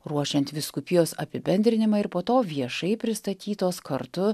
ruošiant vyskupijos apibendrinimą ir po to viešai pristatytos kartu